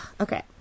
okay